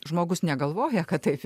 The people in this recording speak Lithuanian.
žmogus negalvoja kad taip